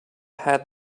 had